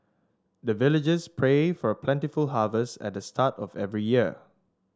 the villagers pray for plentiful harvest at the start of every year